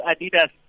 Adidas